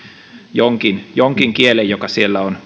jonkin jonkin kielen joka on